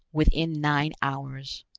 within nine hours.